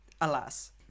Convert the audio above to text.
alas